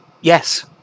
Yes